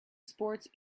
sports